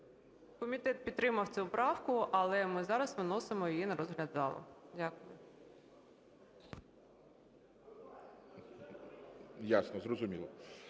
Комітет підтримав цю правку, але ми зараз виносимо її на розгляд залу. Дякую. ГОЛОВУЮЧИЙ. Ясно, зрозуміло.